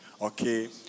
Okay